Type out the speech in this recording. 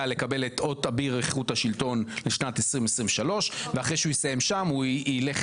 לקבל את אות אביר איכות השלטון לשנת 2023 ואחרי שהוא יסיים שם הוא יילך